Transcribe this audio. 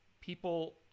people